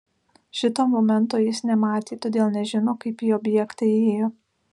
šito momento jis nematė todėl nežino kaip į objektą įėjo